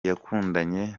yakundanye